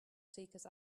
seekers